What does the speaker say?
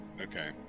Okay